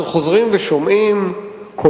ואני אומר לך: הבתים האלה שאתה רואה בטייבה,